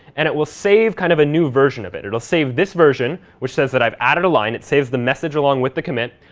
and it will save kind of a new version of it. it'll save this version, which says that i've added a line. it saves the message along with the commit.